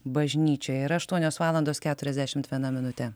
bažnyčioje yra aštuonios valandos keturiasdešimt viena minutė